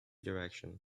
direction